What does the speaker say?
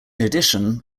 addition